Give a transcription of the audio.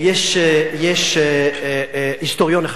יש היסטוריון אחד,